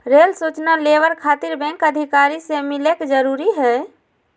Rail सूचना labour खातिर bank अधिकारी से मिलक जरूरी है?